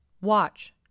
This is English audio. Watch